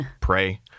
pray